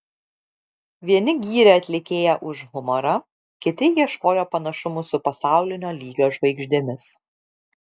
vieni gyrė atlikėją už humorą kiti ieškojo panašumų su pasaulinio lygio žvaigždėmis